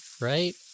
right